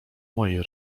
mojej